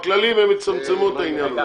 בכללים הם יצמצמו את העניין הזה.